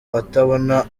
atabona